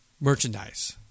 merchandise